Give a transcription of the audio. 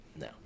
no